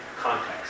context